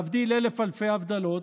להבדיל אלף אלפי הבדלות,